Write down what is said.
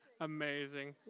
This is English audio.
amazing